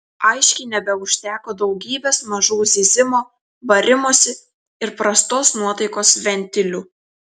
aiškiai nebeužteko daugybės mažų zyzimo barimosi ir prastos nuotaikos ventilių